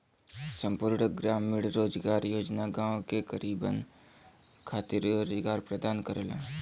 संपूर्ण ग्रामीण रोजगार योजना गांव के गरीबन खातिर रोजगार प्रदान करला